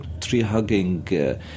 tree-hugging